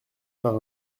par